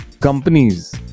companies